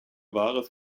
wahres